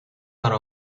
para